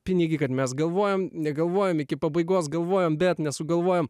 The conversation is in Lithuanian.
pinigį kad mes galvojam negalvojam iki pabaigos galvojam bet nesugalvojam